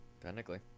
Technically